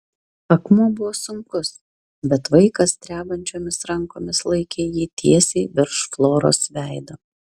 akmuo buvo sunkus bet vaikas drebančiomis rankomis laikė jį tiesiai virš floros veido